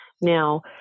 Now